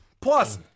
Plus